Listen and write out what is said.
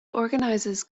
organizes